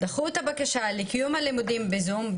דחו את הבקשה לקיום הלימודים בזום,